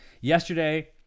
yesterday